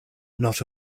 not